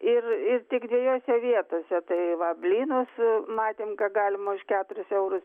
ir ir tik dviejose vietose tai va blynus matėm ka galima už keturis eurus